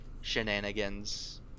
shenanigans